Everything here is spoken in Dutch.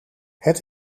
het